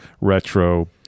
retro